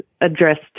addressed